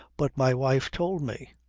but my wife told me.